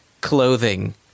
clothing